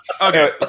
Okay